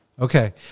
Okay